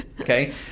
Okay